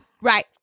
Right